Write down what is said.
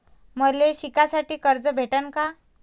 मले शिकासाठी कर्ज भेटन का?